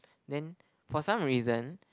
then for some reason